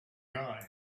guy